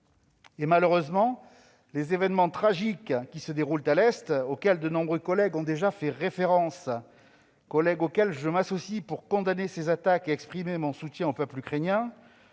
Malheureusement, les événements tragiques qui se déroulent à l'Est, auxquels de nombreux collègues ont déjà fait référence- je m'associe d'ailleurs à ces derniers pour condamner ces attaques et exprimer mon soutien au peuple ukrainien